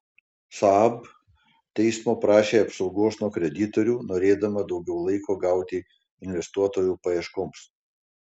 saab teismo prašė apsaugos nuo kreditorių norėdama daugiau laiko gauti investuotojų paieškoms